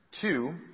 Two